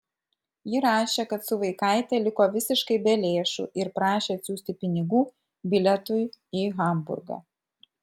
ji rašė kad su vaikaite liko visiškai be lėšų ir prašė atsiųsti pinigų bilietui į hamburgą